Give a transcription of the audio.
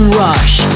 rush